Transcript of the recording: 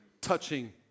touching